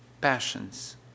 passions